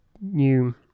new